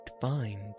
find